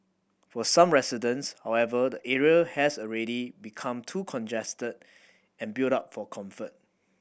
for some residents however the area has already become too congested and built up for comfort